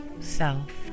self